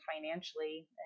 financially